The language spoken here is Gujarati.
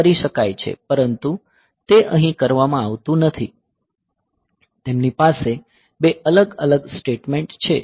તે કરી શકાય છે પરંતુ તે અહીં કરવામાં આવતું નથી તેમની પાસે બે અલગ અલગ સ્ટેટમેન્ટ છે